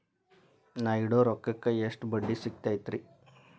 ನಾ ಇಡೋ ರೊಕ್ಕಕ್ ಎಷ್ಟ ಬಡ್ಡಿ ಸಿಕ್ತೈತ್ರಿ?